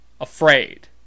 Afraid